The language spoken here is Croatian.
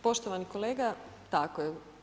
Poštovani kolega, tako je.